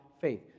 faith